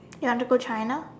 you wanna go China